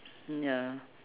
ya